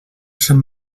sant